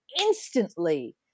instantly